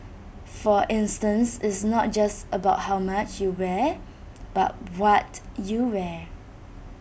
for instance it's not just about how much you wear but what you wear